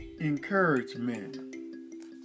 Encouragement